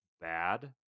bad